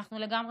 ואנחנו לגמרי